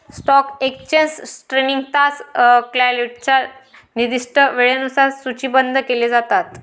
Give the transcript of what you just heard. stock exchange trading तास क्लायंटच्या निर्दिष्ट वेळेनुसार सूचीबद्ध केले जातात